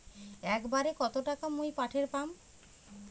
একবারে কত টাকা মুই পাঠের পাম?